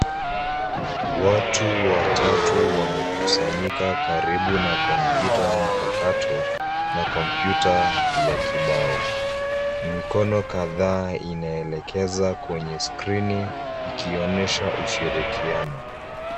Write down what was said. Watu watatu wamekusanyika karibu na kompyuta mpakato na kompyuta ya kibao. Mikono kadhaa imeelekezwa kwenye skrini ikionyesha ushirikiano.